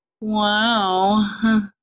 wow